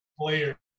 player